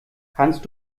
kannst